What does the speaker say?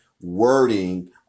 wording